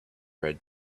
read